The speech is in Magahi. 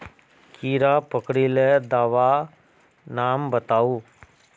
कीड़ा पकरिले दाबा नाम बाताउ?